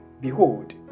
behold